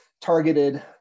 targeted